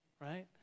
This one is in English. right